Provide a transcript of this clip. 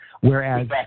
Whereas